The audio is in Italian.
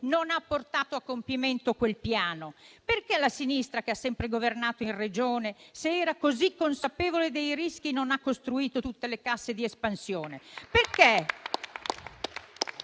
non ha portato a compimento quel piano? Perché se la sinistra, che ha sempre governato in Regione, era così consapevole dei rischi, non ha costruito tutte le casse di espansione?